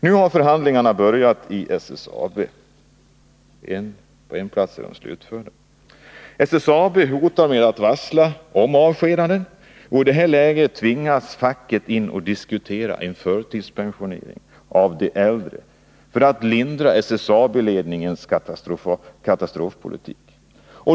Nu har förhandlingarna börjat inom SSAB — på en plats är de också slutförda. SSAB hotar med varsel om avskedanden, och i det läget tvingas facket gå in och diskutera förtidspensionering av de äldre, för att lindra SSAB-ledningens katastrofpolitik.